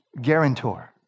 guarantor